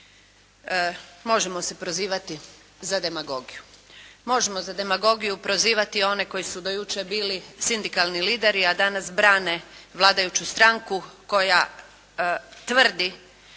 možemo se prozivati za demagogiju, možemo za demagogiju prozivati one koji su do jučer bili sindikalni lideri, a danas brane vladajuću stranku koja tvrdi